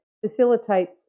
facilitates